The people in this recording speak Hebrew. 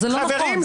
חברים,